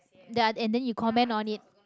ya and then you comment on it